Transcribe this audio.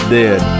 dead